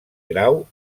grau